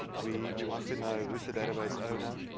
we we want to know, who is the database owner,